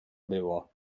było